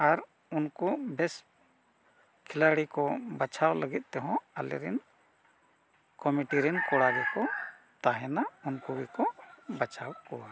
ᱟᱨ ᱩᱱᱠᱩ ᱵᱮᱥ ᱠᱷᱮᱞᱟᱲᱤ ᱠᱚ ᱵᱟᱪᱷᱟᱣ ᱞᱟᱹᱜᱤᱫ ᱛᱮᱦᱚᱸ ᱟᱞᱮᱨᱮᱱ ᱨᱮᱱ ᱠᱚᱲᱟ ᱜᱮᱠᱚ ᱛᱟᱦᱮᱱᱟ ᱩᱱᱠᱩ ᱜᱮᱠᱚ ᱵᱟᱪᱷᱟᱣ ᱠᱚᱣᱟ